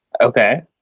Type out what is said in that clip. Okay